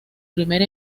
primer